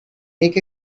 make